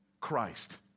Christ